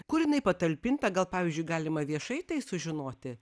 kur jinai patalpinta gal pavyzdžiui galima viešai tai sužinoti